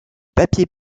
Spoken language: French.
papier